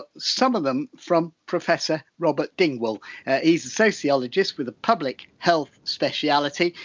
some of them from professor robert dingwall. he's a sociologist with a public health speciality.